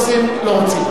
אפשר להמשיך את הדיון מחר.